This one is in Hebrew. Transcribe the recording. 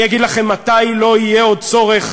אני אגיד לכם מתי לא יהיה עוד צורך,